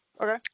Okay